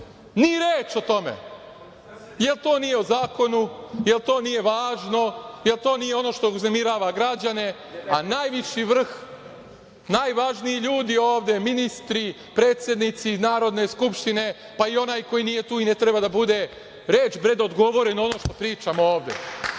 reči o tome. Jel to nije o zakonu? Jel to nije važno? Jel to nije ono što uznemirava građana, a najviši vrh, najvažniji ljudi ovde, ministri, predsednici, Narodne skupštine, pa i onaj ko nije tu i ne treba da bude, reč bre da odgovore na ono što pričamo